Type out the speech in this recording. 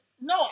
no